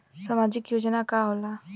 सामाजिक योजना का होला?